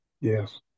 Yes